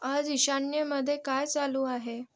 आज ईशान्येमध्ये काय चालू आहे